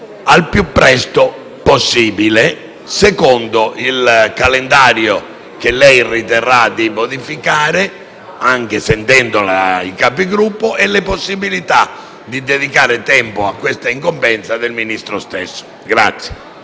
il più presto possibile, secondo il calendario che lei riterrà di modificare, anche sentendo i Capigruppo, e la possibilità di dedicare tempo a questa incombenza del Ministro stesso.